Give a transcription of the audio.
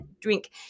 drink